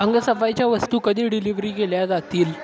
अंगसफाईच्या वस्तू कधी डिलिव्हरी केल्या जातील